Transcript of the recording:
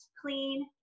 clean